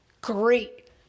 great